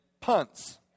punts